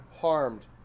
harmed